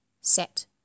Set